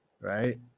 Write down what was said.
Right